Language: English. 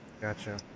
Gotcha